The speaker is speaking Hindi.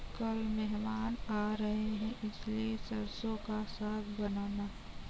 कल मेहमान आ रहे हैं इसलिए सरसों का साग बनाना